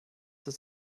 das